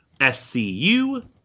SCU